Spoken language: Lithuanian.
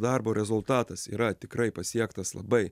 darbo rezultatas yra tikrai pasiektas labai